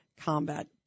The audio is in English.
combat